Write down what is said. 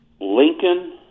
lincoln